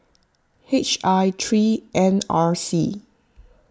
H I three N R C